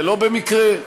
ולא במקרה.